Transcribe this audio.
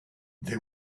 they